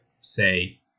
say